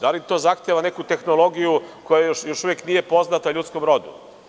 Da li to zahteva neku tehnologiju koja još uvek nije poznata ljudskom rodu?